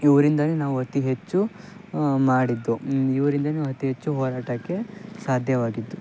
ಇವ್ರಿಂದಲೇ ನಾವು ಅತಿ ಹೆಚ್ಚು ಮಾಡಿದ್ದು ಇವ್ರಿಂದಲೇ ನಾವು ಅತಿ ಹೆಚ್ಚು ಹೋರಾಟಕ್ಕೆ ಸಾಧ್ಯವಾಗಿದ್ದು